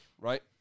Right